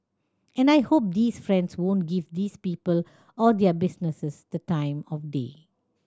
and I hope these friends won't give these people or their businesses the time of day